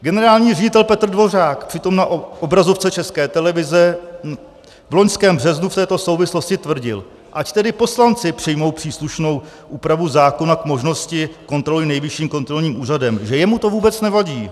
Generální ředitel Petr Dvořák přitom na obrazovce České televize v loňském březnu v této souvislosti tvrdil, ať tedy poslanci přijmou příslušnou úpravu zákona k možnosti kontroly Nejvyšším kontrolním úřadem, že jemu to vůbec nevadí.